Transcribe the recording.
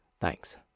Thanks